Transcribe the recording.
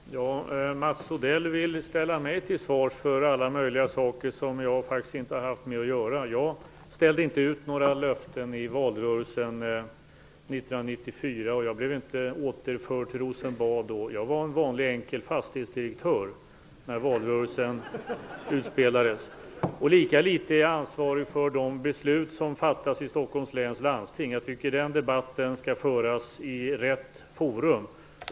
Herr talman! Mats Odell vill ställa mig till svars för alla möjliga saker som jag faktiskt inte har haft med att göra. Jag ställde inte ut några löften i valrörelsen 1994. Jag blev inte återförd till Rosenbad då. Jag var en vanlig enkel fastighetsdirektör när valrörelsen utspelades. Lika litet är jag ansvarig för de beslut som fattas i Stockholms läns landsting. Jag tycker att den debatten skall föras i rätt forum.